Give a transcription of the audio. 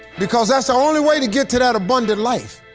because that's the only way to get to that abundant life.